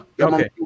okay